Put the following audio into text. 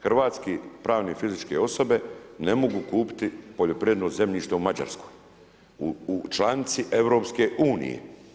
Hrvatske pravne i fizičke osobe ne mogu kupiti poljoprivredno zemljište u Mađarskoj, u članici Europske unije.